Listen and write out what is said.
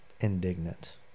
indignant